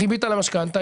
ריבית על המשכנתה,